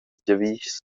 giavischs